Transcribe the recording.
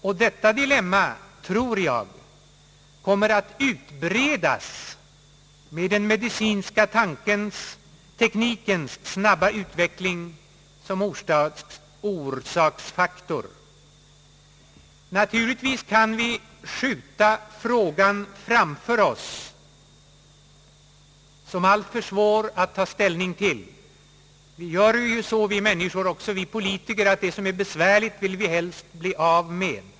Och detta dilemma, tror jag, kommer att utbredas med den medicinska teknikens snabba utveckling som orsaksfaktor. Naturligtvis kan vi skjuta frågan framför oss som alltför svår att ta ställning till. Vi gör ju så, vi människor, också vi politiker, att det som är besvärligt vill vi helst bli av med.